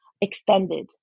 extended